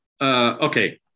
Okay